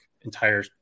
entire